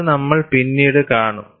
അത് നമ്മൾ പിന്നീട് കാണും